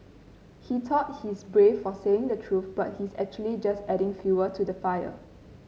he thought he's brave for saying the truth but he's actually just adding fuel to the fire